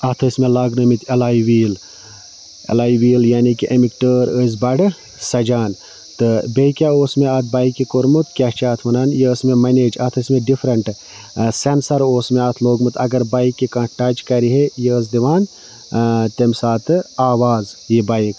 اَتھ ٲسۍ مےٚ لاگنٲیمٕتۍ اٮ۪لاے ویٖل اٮ۪لاے ویٖل یعنی کہِ اَمِکی ٹٲر ٲسۍ بَڑٕ سجان تہٕ بیٚیہِ کیٛاہ اوس مےٚ اَتھ بایِکہِ کوٚرمُت کیٛاہ چھِ اَتھ وَنان یہِ ٲس مےٚ مَنیج اَتھ ٲسۍ مےٚ ڈِفرَنٛٹ سٮ۪نسَر اوس مےٚ اَتھ لوگمُت اگر بایِکہِ کانٛہہ ٹَچ کرِہے یہِ ٲس دِوان تٔمۍ ساتہٕ آواز یہِ بایِک